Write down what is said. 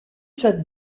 cette